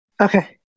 Okay